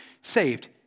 saved